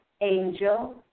angel